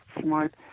smart